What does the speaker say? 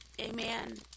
Amen